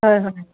হয় হয়